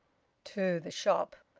to the shop,